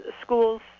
schools